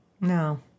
No